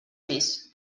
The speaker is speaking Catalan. més